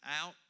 out